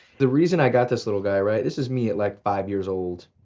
the reason i got this little guy, right, this is me at like, five years old,